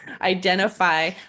identify